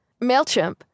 MailChimp